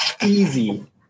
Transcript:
easy